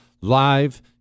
live